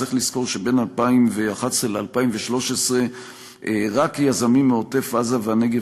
צריך לזכור שבין 2011 ל-2013 רק יזמים מעוטף-עזה והנגב